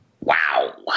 Wow